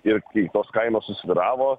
ir kai tos kainos susvyravo